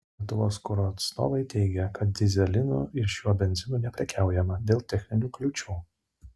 lietuvos kuro atstovai teigė kad dyzelinu ir šiuo benzinu neprekiaujama dėl techninių kliūčių